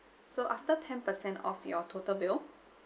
so after ten percent off your total bill